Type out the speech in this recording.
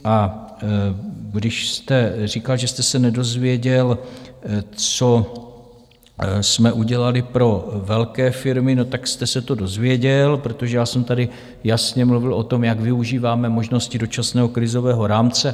A když jste říkal, že jste se nedozvěděl, co jsme udělali pro velké firmy: no, tak jste se to dozvěděl, protože já jsem tady jasně mluvil o tom, jak využíváme možnosti dočasného krizového rámce.